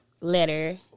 letter